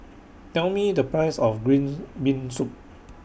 Tell Me The Price of Green Bean Soup